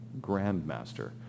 grandmaster